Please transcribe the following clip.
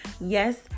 Yes